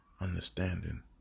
Understanding